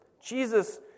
Jesus